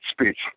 speech